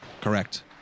Correct